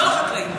לא לחקלאים,